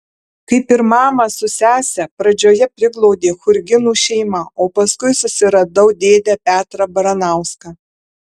kaip ir mamą su sese pradžioje priglaudė churginų šeima o paskui susiradau dėdę petrą baranauską